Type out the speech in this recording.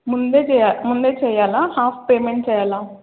ముందే చెయాల ముందే చెయాలా హాఫ్ పేమెంట్ చేయాలా